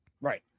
Right